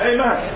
Amen